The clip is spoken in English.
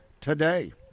today